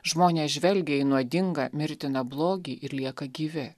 žmonės žvelgia į nuodingą mirtiną blogį ir lieka gyvi